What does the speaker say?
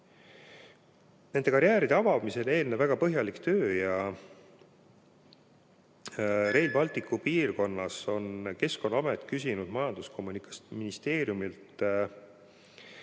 nende karjääride avamisele eelneb väga põhjalik töö. Rail Balticu piirkonnas on Keskkonnaamet küsinud Majandus‑ ja Kommunikatsiooniministeeriumilt